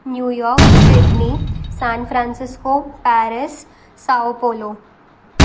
New York Sydney San Francisco Paris Sao Paulo